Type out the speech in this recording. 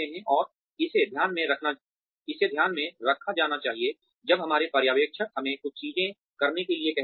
और इसे ध्यान में रखा जाना चाहिए जब हमारे पर्यवेक्षक हमें कुछ चीजें करने के लिए कहते हैं